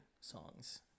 songs